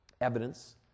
Evidence